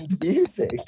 music